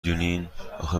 دونین، اخه